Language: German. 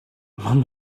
man